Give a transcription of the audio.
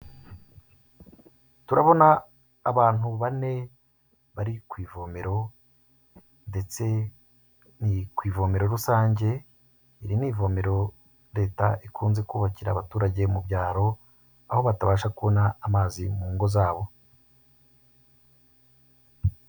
Turabona abantu bane bari ku ivomero ndetse ni ku ivomero rusange, iri ni ivomero Leta ikunze kubakira abaturage mu byaro, aho batabasha kubona amazi mu ngo za bo.